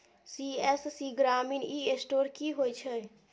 CSC ग्रामीण e store की होइ छै?